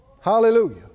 Hallelujah